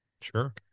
sure